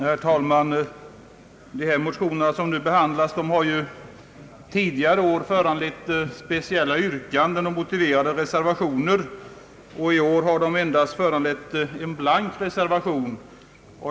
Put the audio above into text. Herr talman! De motioner som nu behandlas har tidigare år föranlett speciella yrkanden och motiverade reservationer medan de i år endast gett anledning till en blank reservation.